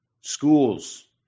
schools